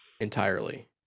entirely